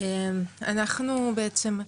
אנחנו בעצם,